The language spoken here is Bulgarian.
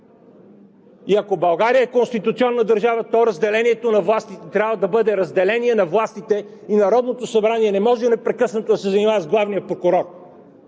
И ако България е конституционна държава, то разделението на властите трябва да бъде разделение на властите и Народното събрание не може непрекъснато да се занимава с главния прокурор